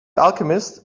alchemist